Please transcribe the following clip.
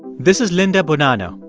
this is linda bonanno.